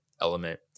element